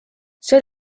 see